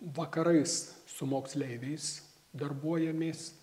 vakarais su moksleiviais darbuojamės